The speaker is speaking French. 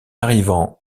arrivant